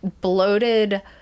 bloated